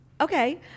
okay